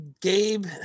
gabe